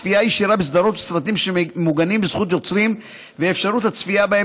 צפייה ישירה בסדרות וסרטים שמוגנים בזכות יוצרים ואפשרות הצפייה בהם